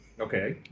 Okay